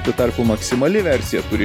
tuo tarpu maksimali versija turi